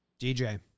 DJ